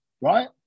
Right